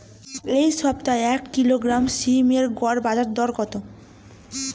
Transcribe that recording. এই সপ্তাহে এক কিলোগ্রাম সীম এর গড় বাজার দর কত?